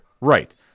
Right